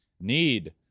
need